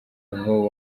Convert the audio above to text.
aho